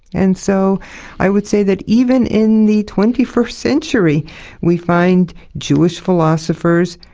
and so i would say that even in the twenty first century we find jewish philosophers,